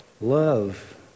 love